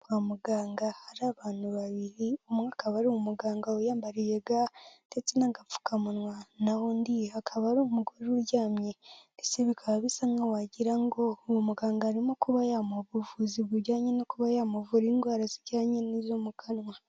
Kwa muganga hari abantu babiri umwe akaba ari umuganga wiyambariye ga ndetse n'agapfukamunwa naho undi akaba ari umugore uryamye ndetse bikaba bisa nkaho wagira ngo uwo muganga arimo kuba yamuha ubuvuzi bujyanye no kuba yamuvura indwara zijyanye n'izo mu kanwa.